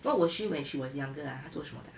what was she when she was younger ah 她做什么的 ah